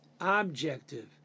objective